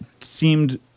seemed